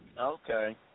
Okay